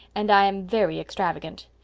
and i am very extravagant.